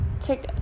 take